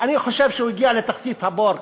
אני חושב שהוא הגיע לתחתית הבור,